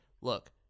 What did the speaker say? look